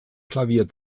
klavier